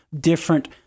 different